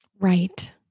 Right